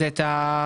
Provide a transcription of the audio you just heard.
זה את המניעה.